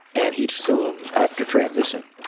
and he, soon after, transitioned